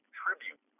tribute